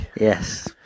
Yes